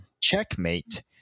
checkmate